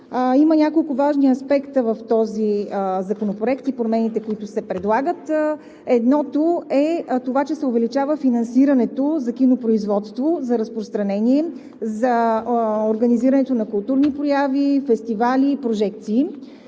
Има няколко важни аспекта в Законопроекта и промените, които се предлагат. Едното е това, че се увеличава финансирането за кинопроизводството, за разпространението, за организирането на културни прояви, фестивали и прожекции.